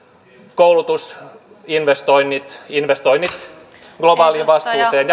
koulutus investoinnit investoinnit globaalivastuuseen